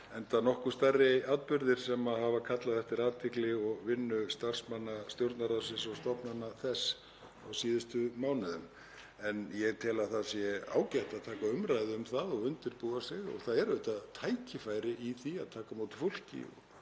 enda hafa nokkuð stærri atburðir kallað á athygli og vinnu starfsmanna Stjórnarráðsins og stofnana þess á síðustu mánuðum. En ég tel að það sé ágætt að taka umræðu um þetta og undirbúa sig og það er auðvitað tækifæri í því að taka á móti fólki,